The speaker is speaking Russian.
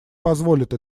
позволят